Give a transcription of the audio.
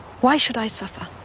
why should i suffer?